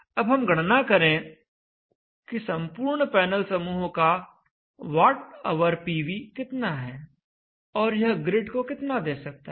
अब हम गणना करें कि संपूर्ण पैनल समूह का WhPV कितना है और यह ग्रिड को कितना दे सकता है